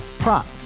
Prop